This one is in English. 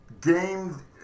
game